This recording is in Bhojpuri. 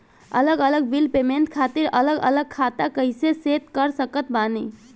अलग अलग बिल पेमेंट खातिर अलग अलग खाता कइसे सेट कर सकत बानी?